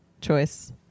choice